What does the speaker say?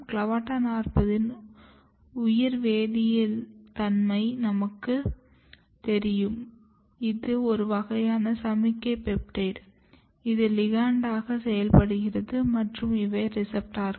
CLAVATA 40 இன் உயிவேதியியல் தன்மை நமக்கு தெரியும் இது ஒரு வகையான சமிக்ஞை பெப்டைட் இது லிகாண்ட் ஆக செயல்படுகிறது மற்றும் இவை ரிசெப்ட்டார்கள்